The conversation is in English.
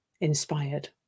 inspired